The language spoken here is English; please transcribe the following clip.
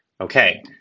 Okay